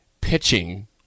pitching